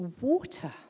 water